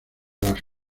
las